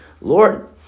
Lord